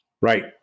Right